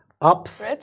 Ups